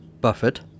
Buffett